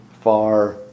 far